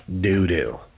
doo-doo